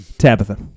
Tabitha